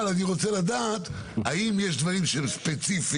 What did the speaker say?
אבל אני רוצה לדעת האם יש דברים שהם ספציפיים.